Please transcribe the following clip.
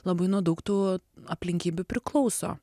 labai nuo daug tų aplinkybių priklauso